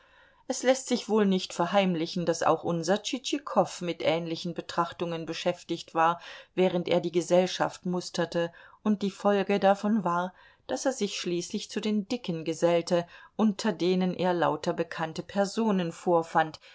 es läßt sich wohl nicht verheimlichen daß auch unser tschitschikow mit ähnlichen betrachtungen beschäftigt war während er die gesellschaft musterte und die folge davon war daß er sich schließlich zu den dicken gesellte unter denen er lauter bekannte personen vorfand